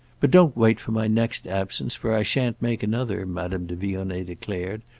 but don't wait for my next absence, for i shan't make another, madame de vionnet declared,